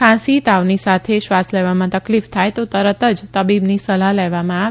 ખાંસી તાવની સાથે શ્વાસ લેવામાં તકલીફ થાય તો તરત જ તબીબની સલાહ લેવામાં આવે